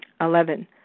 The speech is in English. Eleven